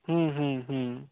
हूँ हूँ हूँ